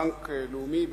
בנק לאומי בשעתו,